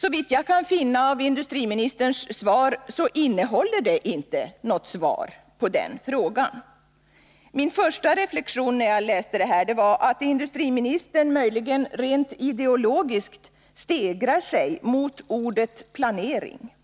Såvitt jag kan finna av industriministerns svar innehåller det inte något svar på den frågan. Min första reflexion när jag läste interpellationssvaret var att industriministern möjligen rent ideologiskt stegrar sig mot ordet planering.